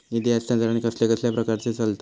निधी हस्तांतरण कसल्या कसल्या प्रकारे चलता?